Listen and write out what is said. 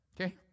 Okay